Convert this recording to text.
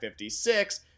56